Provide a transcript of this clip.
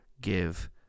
give